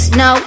no